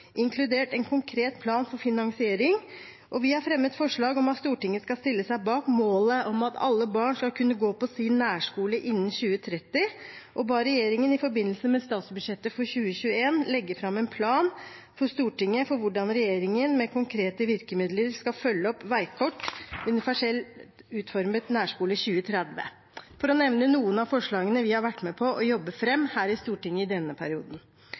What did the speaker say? inkludert en konkret plan for finansiering. Vi har også fremmet forslag om at Stortinget skal stille seg bak målet om at alle barn skal kunne gå på sin nærskole innen 2030, og ba regjeringen i forbindelse med statsbudsjettet for 2021 legge fram en plan for Stortinget for hvordan regjeringen med konkrete virkemidler skal følge opp veikart for universelt utformet nærskole 2030 – for å nevne noen av forslagene vi har vært med på å jobbe fram her i Stortinget i denne perioden.